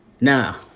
Now